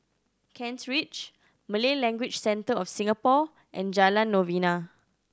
Kent Ridge Malay Language Center of Singapore and Jalan Novena